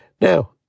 Now